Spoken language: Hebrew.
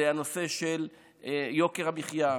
זה הנושא של יוקר המחיה,